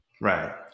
Right